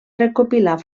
recopilar